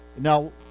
Now